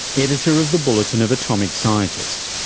editor of the bulletin of atomic scientists.